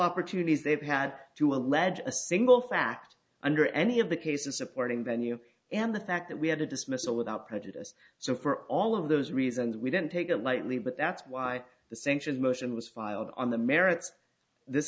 opportunities they've had to allege a single fact under any of the cases supporting the new and the fact that we had a dismissal without prejudice so for for all of those reasons we didn't take it lightly but that's why the sanctions motion was filed on the merits this